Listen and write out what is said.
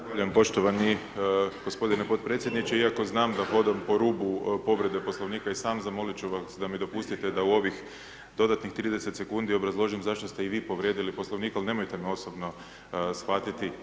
Zahvaljujem poštovani gospodine podpredsjedniče iako znam da hodam po rubu povrede Poslovnika i sam, zamolit ću vas da mi dopustite da u ovih dodatnih 30 sekundi obrazložim zašto ste i vi povrijedili Poslovnik, ali nemojte me osobno shvatiti.